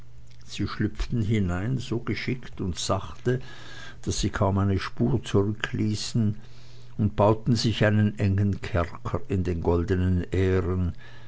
sie schlüpften hinein so geschickt und sachte daß sie kaum eine spur zurückließen und bauten sich einen engen kerker in den goldenen ähren